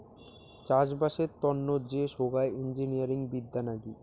চাষবাসের তন্ন যে সোগায় ইঞ্জিনিয়ারিং বিদ্যা নাগি